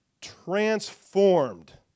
transformed